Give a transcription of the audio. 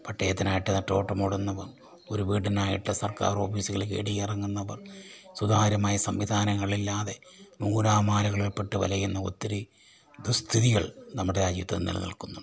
പട്ടയത്തിനായിട്ട് നെട്ടോട്ടമോടുന്നവർ ഒരു വീടിനായിട്ട് സർക്കാർ ഓഫീസുകൾ കേടി ഇറങ്ങുന്നവർ സുതാര്യമായ സംവിധാനങ്ങളില്ലാതെ നൂലാമാലകളിൽപെട്ട് വലയുന്ന ഒത്തിരി സ്ഥിതികൾ നമ്മുടെ രാജ്യത്ത് നിലനിൽക്കുന്നുണ്ട്